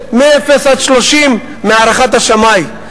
מאפס עד 30 מהערכת השמאי.